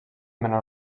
menor